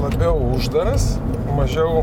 labiau uždaras mažiau